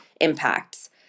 impacts